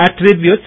attributes